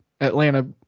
Atlanta